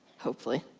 hopefully.